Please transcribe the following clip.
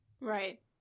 Right